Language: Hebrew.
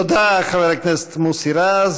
תודה, חבר הכנסת מוסי רז.